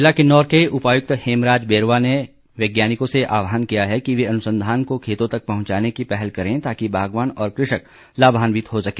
ज़िला किन्नौर के उपायुक्त हेमराज बैरवा ने वैज्ञानिकों से आहवान किया है कि वे अनुसंधान को खेतों तक पहंचाने की पहल करें ताकि बागवान और कृषक लाभान्वित हो सके